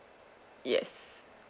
yes